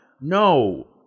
No